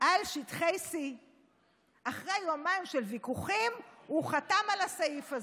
על שטחי C. אחרי יומיים של ויכוחים הוא חתום על הסעיף הזה.